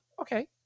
okay